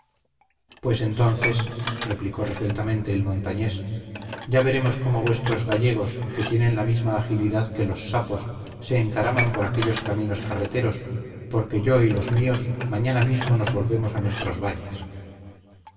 pues entonces replicó resueltamente el montañés ya veremos cómo vuestros gallegos que tienen la misma agilidad que los sapos se encaraman por aquellos caminos carreteros porque yo y los míos mañana mismo nos volveremos a nuestros valles